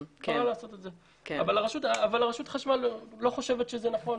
אבל רשות החשמל לא חושבת שזה נכון.